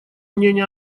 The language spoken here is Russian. мнение